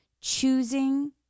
choosing